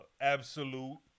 absolute